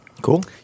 Cool